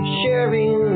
sharing